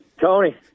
Tony